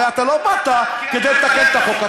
הרי אתה לא באת כדי לתקן את החוק,